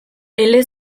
ele